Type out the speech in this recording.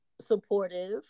supportive